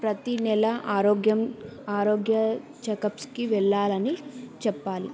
ప్రతీ నెల ఆరోగ్యం ఆరోగ్య చెకప్స్కి వెళ్ళాలని చెప్పాలి